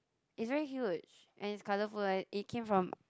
is very huge and it's colourful lah it came from